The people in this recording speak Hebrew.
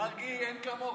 מרגי, אין כמוך.